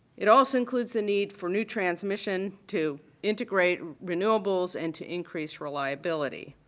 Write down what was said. it also includes the need for new transmission to integrate renewables and to increase reliability.